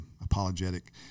apologetic